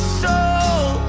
soul